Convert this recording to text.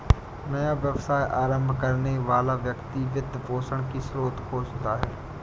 नया व्यवसाय आरंभ करने वाला व्यक्ति वित्त पोषण की स्रोत खोजता है